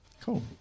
Cool